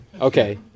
Okay